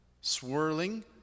swirling